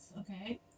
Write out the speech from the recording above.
Okay